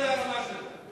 זו הרמה שלו.